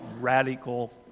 radical